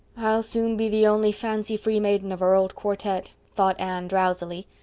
i'll soon be the only fancy-free maiden of our old quartet, thought anne, drowsily.